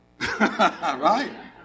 Right